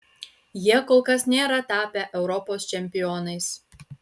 jie kol kas nėra tapę europos čempionais